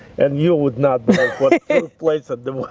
and you would not place at the